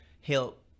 help